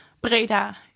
Breda